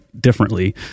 differently